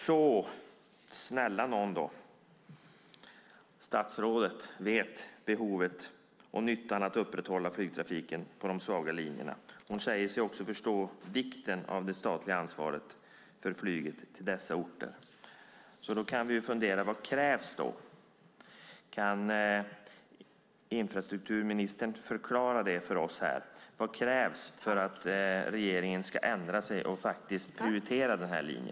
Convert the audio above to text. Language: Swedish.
Snälla nån - statsrådet vet behovet och nyttan av att upprätthålla flygtrafiken på de svaga linjerna. Hon säger sig också förstå vikten av det statliga ansvaret för flyget till dessa orter. Då kan vi fundera över vad som krävs. Kan infrastrukturministern förklara det för oss? Vad krävs för att regeringen ska ändra sig och prioritera denna linje?